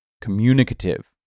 communicative